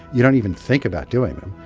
you don't even think about doing them.